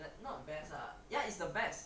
like not best ah